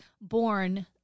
born